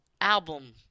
album